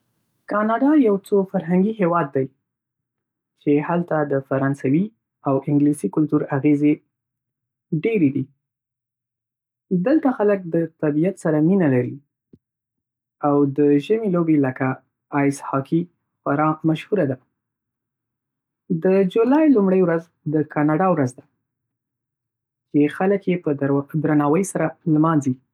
کاناډا یو څو فرهنګي هیواد دی چې هلته د فرانسوي او انګلیسي کلتور اغېزې ډېرې دي. دلته خلک د طبیعت سره مینه لري او د ژمي لوبې لکه آیس هوکي خورا مشهوره ده. د جولای لومړۍ ورځ د کاناډا ورځ ده، چې خلک یې په درناوي سره لمانځي.